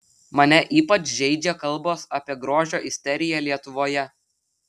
mane ypač žeidžia kalbos apie grožio isteriją lietuvoje